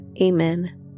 Amen